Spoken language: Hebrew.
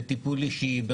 וטיפול אישי,